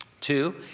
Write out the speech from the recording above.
Two